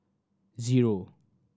zero